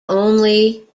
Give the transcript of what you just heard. only